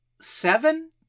seven